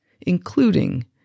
including